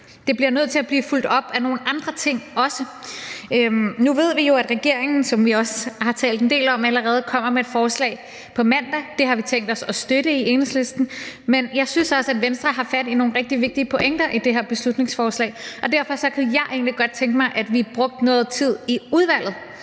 Det bliver nødt til at blive fulgt op af nogle andre ting. Nu ved vi jo, at regeringen, som vi også har talt en del om allerede, kommer med et forslag på mandag. Det har vi tænkt os at støtte i Enhedslisten. Men jeg synes også, at Venstre har fat i nogle rigtig vigtige pointer i det her beslutningsforslag, og derfor kunne jeg egentlig godt tænke mig, at vi brugte noget tid i udvalget